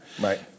right